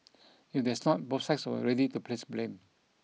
if there's not both sides were ready to place blame